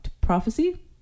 prophecy